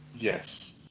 Yes